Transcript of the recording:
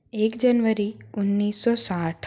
एक जनवरी उन्नीस सौ साठ